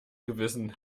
gewissen